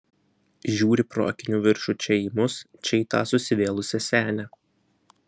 žiūri pro akinių viršų čia į mus čia į tą susivėlusią senę